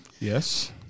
Yes